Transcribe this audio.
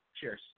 cheers